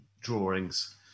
drawings